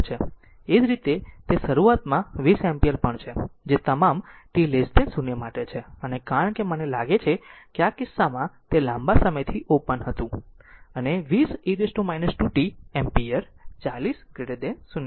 એ જ રીતે તે શરૂઆતમાં 20 એમ્પીયર પણ છે જે તમામ t 0 માટે છે અને કારણ કે મને લાગે છે કે આ કિસ્સામાં તે લાંબા સમયથી ઓપન હતું અને 20 e t 2 t એમ્પીયર 40 0 છે